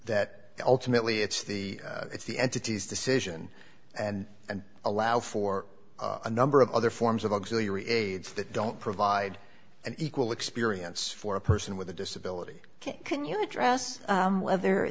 that ultimately it's the it's the entity's decision and and allow for a number of other forms of auxiliary aids that don't provide an equal experience for a person with a disability can't can you address whether